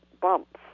bumps